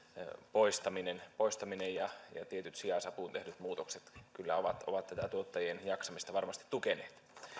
poistaminen poistaminen ja tietyt sijaisapuun tehdyt muutokset kyllä ovat ovat tätä tuottajien jaksamista varmasti tukeneet